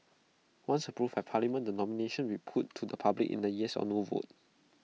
once approved by parliament the nomination put to the public in A yes or no vote